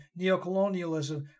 neocolonialism